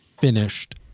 finished